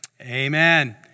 amen